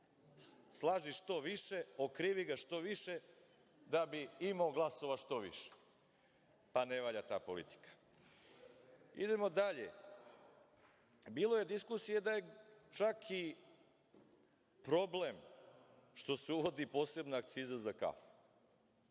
slaži što više, okrivi ga što više, da bi imao glasova što više. Ne valja ta politika. Bilo je diskusije da je čak i problem što se uvodi posebna akciza za kafu.